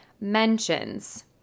mentions